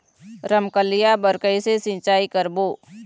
रमकलिया बर कइसे सिचाई करबो?